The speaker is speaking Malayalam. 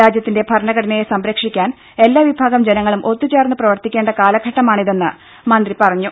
രാജ്യത്തിന്റെ ഭരണഘടനയെ സംരക്ഷിക്കാൻ എല്ലാ വിഭാഗം ജനങ്ങളും ഒത്തുചേർന്നു പ്രവർത്തിക്കേണ്ട കാലഘട്ടമാണിതെന്ന് മന്ത്രി പറഞ്ഞു